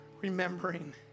remembering